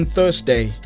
Thursday